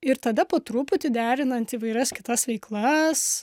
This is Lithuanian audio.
ir tada po truputį derinant įvairias kitas veiklas